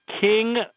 king